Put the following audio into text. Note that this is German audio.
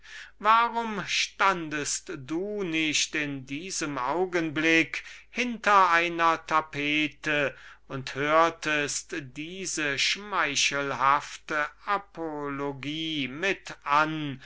machen warum standest du nicht in diesem augenblick hinter einer tapete und hörtest diese schmeichelhafte apologie wodurch er